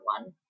one